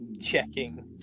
checking